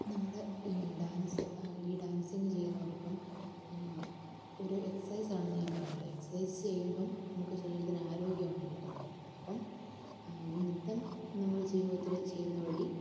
നമ്മുടെ ഈ ഡാൻസ് ഈ ഡാൻസിങ്ങ് ചെയ്യുന്നതോടൊപ്പം ഒരു എക്സൈസ് ആണെന്ന് ഞാൻ പറഞ്ഞല്ലോ എക്സർസൈസ് ചെയ്യുമ്പം നമുക്ക് ശരീരത്തിന് ആരോഗ്യമാണ് കിട്ടുന്നത് അപ്പം ഈ ഒരു നൃത്തം നമ്മുടെ ജീവിതത്തിൽ ചെയ്യുന്ന വഴി